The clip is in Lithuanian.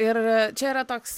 ir čia yra toks